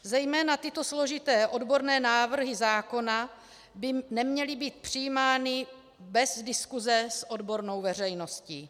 Zejména tyto složité odborné návrhy zákona by neměly být přijímány bez diskuse s odbornou veřejností.